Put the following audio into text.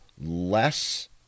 less